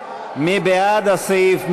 מי בעד הסעיף?